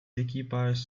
équipages